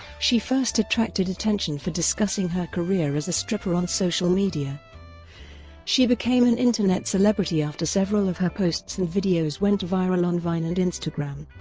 she first attracted attention for discussing her career as a stripper on social media she became an internet celebrity after several of her posts and videos went viral on vine and instagram.